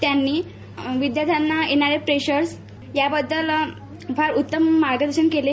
त्यांनी विद्याश्र्यांना येणारे प्रेशर्स या बद्दल फार उत्तम मार्गदर्शन केलं